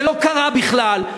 זה לא קרה בכלל.